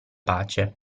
pace